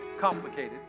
complicated